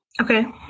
Okay